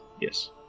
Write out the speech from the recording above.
Yes